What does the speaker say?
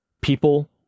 People